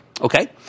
Okay